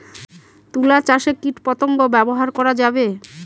তুলা চাষে কীটপতঙ্গ ব্যবহার করা যাবে?